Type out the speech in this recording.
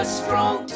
strong